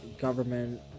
government